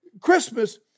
Christmas